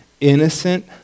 innocent